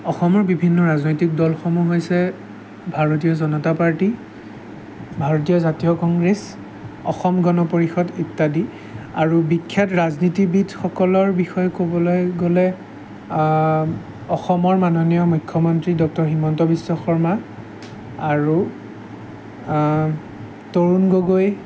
অসমৰ বিভিন্ন ৰাজনৈতিক দলসমূহ হৈছে ভাৰতীয় জনতা পাৰ্টী ভাৰতীয় জাতীয় কংগ্ৰেছ অসম গণপৰিষদ ইত্যাদি আৰু বিখ্যাত ৰাজনীতিবিদ সকলৰ বিষয়ে ক'বলৈ গ'লে অসমৰ মাননীয় মুখ্যমন্ত্ৰী ডক্টৰ হিমন্ত বিশ্বশৰ্মা আৰু তৰুণ গগৈ